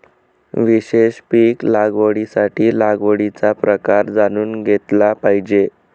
विशेष पीक लागवडीसाठी लागवडीचा प्रकार जाणून घेतला पाहिजे